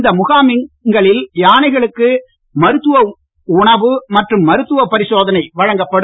இந்த முகாமில் யானைகளுக்கு மருத்துவ உணவு மற்றும் மருத்துவ பரிசோதனை வழங்கப்படும்